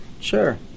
Sure